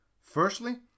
Firstly